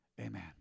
amen